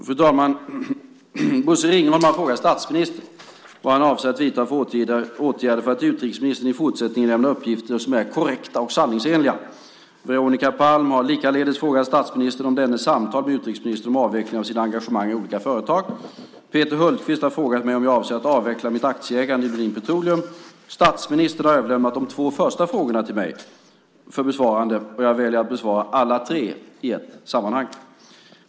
Fru talman! Bosse Ringholm har frågat statsministern vad han avser att vidta för åtgärder för att utrikesministern i fortsättningen lämnar uppgifter som är korrekta och sanningsenliga. Veronica Palm har likaledes frågat statsministern om dennes samtal med utrikesministern om avvecklingen av sina engagemang i olika företag. Peter Hultqvist har frågat mig om jag avser att avveckla mitt aktieägande i Lundin Petroleum. Statsministern har överlämnat de två första frågorna till mig för besvarande, och jag väljer att besvara alla tre i ett sammanhang.